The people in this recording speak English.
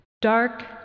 Dark